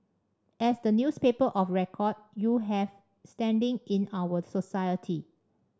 as the newspaper of record you have standing in our society